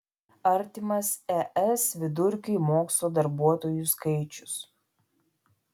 artimas es vidurkiui mokslo darbuotojų skaičius